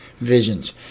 visions